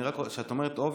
כשאת אומרת obviously